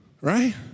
right